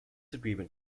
agreement